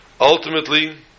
Ultimately